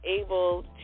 able